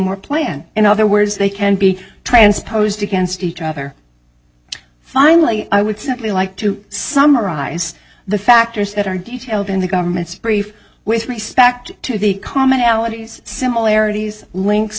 or plan in other words they can be transposed against each other finally i would simply like to summarize the factors that are detailed in the government's brief with respect to the commonalities similarities links